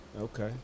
Okay